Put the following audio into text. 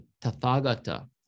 tathagata